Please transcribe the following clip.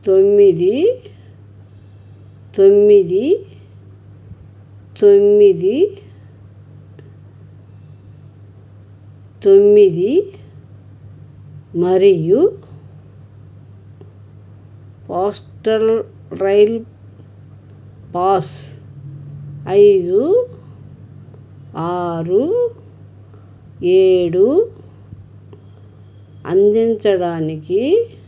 తొమ్మిది తొమ్మిది తొమ్మిది తొమ్మిది మరియు పోస్టల్ రైల్ పాస్ ఐదు ఆరు ఏడు అందించడానికి